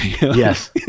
yes